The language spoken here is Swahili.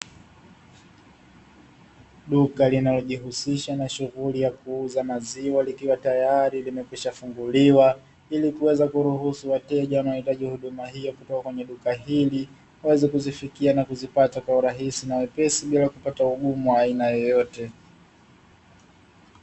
Duka na shughuli ya kuuza maziwa tayari limefunguliwa ili kupata hudum a hii